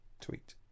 tweet